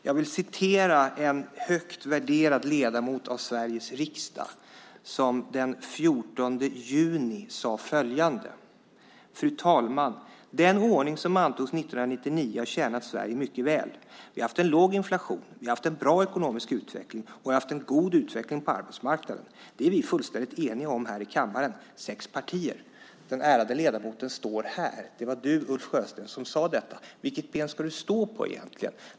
Jag vill citera en högt värderad ledamot av Sveriges riksdag som den 14 juni sade följande: "Fru talman! Den ordning som antogs 1999 har tjänat Sverige mycket väl. Vi har haft en låg inflation, vi har haft en bra ekonomisk utveckling och vi har haft en god utveckling på arbetsmarknaden. Det är vi fullständigt eniga om här i kammaren - sex partier." Den ärade ledamoten står här. Det var du, Ulf Sjösten, som sade detta. Vilket ben ska du stå på egentligen?